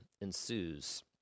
ensues